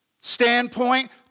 standpoint